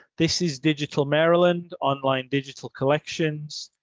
this is digital maryland online digital collections.